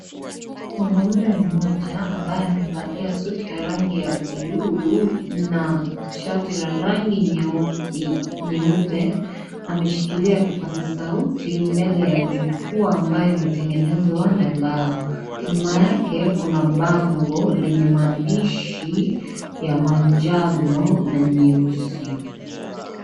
Mwanamume mmoja ambaye amevalia suti la rangi ya buluu na shati la rangi nyeupe ameshikilia kipazasauti mbele ya jukwaa ambayo imetengenezwa na mbao. Nyuma yake kuna bango lenye maandishi ya manjano na nyeusi.